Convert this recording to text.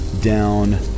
down